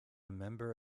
member